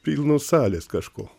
pilnos salės kažko